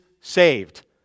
saved